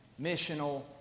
missional